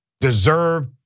deserve